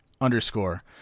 underscore